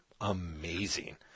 Amazing